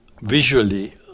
visually